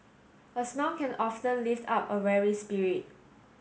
a smile can often lift up a weary spirit